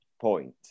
point